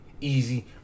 Easy